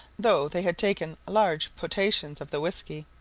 though they had taken large potations of the whiskey.